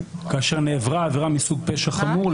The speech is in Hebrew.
כאשר נעברה עבירה מסוג פשע חמור,